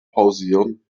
pausieren